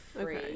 Free